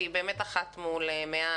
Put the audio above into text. והיא באמת אחת מול 100,